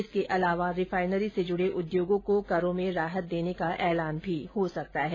इसके अलावा रिफाइनरी से जुडे उद्योगों को करों में राहत देने का ऐलान भी हो सकता है